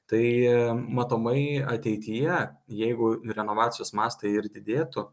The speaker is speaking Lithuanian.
tai matomai ateityje jeigu renovacijos mastai ir didėtų